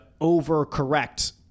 overcorrect